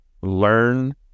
learn